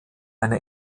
eine